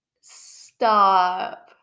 stop